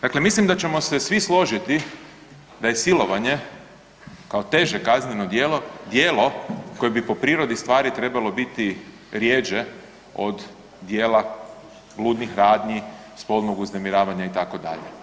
Dakle, mislim da ćemo se svi složiti da je silovanje kao teže kazneno djelo, djelo koje bi po prirodi stvari trebalo biti rjeđe od djela bludnih radnji, spolnog uznemiravanja itd.